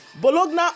Bologna